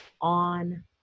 On